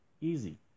Easy